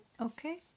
okay